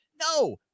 No